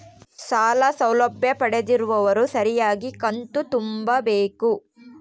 ಸಾಲ ಸೌಲಭ್ಯ ಪಡೆದಿರುವವರು ಸರಿಯಾಗಿ ಕಂತು ತುಂಬಬೇಕು?